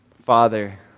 Father